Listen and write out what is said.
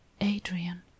adrian